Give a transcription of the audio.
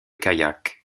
kayak